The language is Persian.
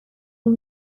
این